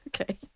Okay